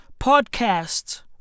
podcasts